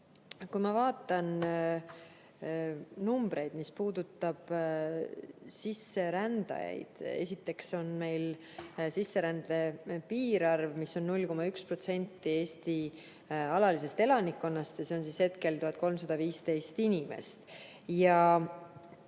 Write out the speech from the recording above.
Kui ma vaatan numbreid, mis puudutavad sisserändajaid, siis esiteks on meil sisserände piirarv, mis on 0,1% Eesti alalisest elanikkonnast, ja see on hetkel 1315 inimest.